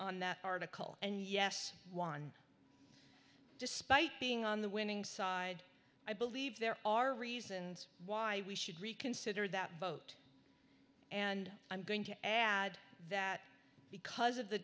on that article and yes one despite being on the winning side i believe there are reasons why we should reconsider that vote and i'm going to add that because of the